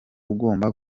ugomba